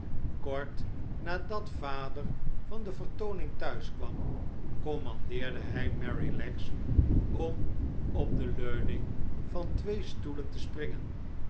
kort nadat vader van de vertooning thuis kwam commandeerde hij merrylegs om op de leuningen van twee stoelen te springen